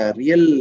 real